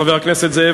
חבר הכנסת זאב,